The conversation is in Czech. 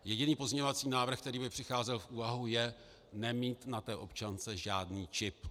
Jediný pozměňovací návrh, který by přicházel v úvahu, je nemít na té občance žádný čip.